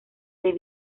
del